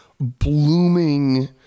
blooming